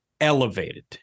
elevated